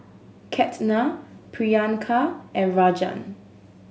Ketna Priyanka and Rajan